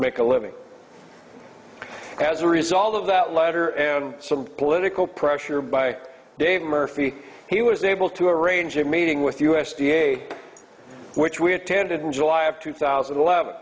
make a living as a result of that letter and some political pressure by david murphy he was able to arrange a meeting with u s d a which we attended in july of two thousand and eleven